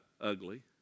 ugly